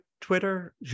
Twitter